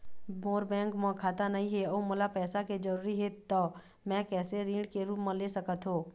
मोर bank म खाता नई हे अउ मोला पैसा के जरूरी हे त मे कैसे पैसा ऋण के रूप म ले सकत हो?